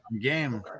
Game